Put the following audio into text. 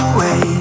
Away